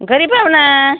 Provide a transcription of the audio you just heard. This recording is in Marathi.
गरीब आहोत ना